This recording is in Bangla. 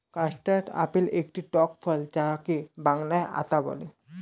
কাস্টার্ড আপেল একটি টক ফল যাকে বাংলায় আতা বলে